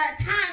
time